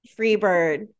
Freebird